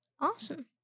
Awesome